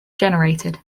generated